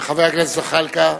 חבר הכנסת זחאלקה.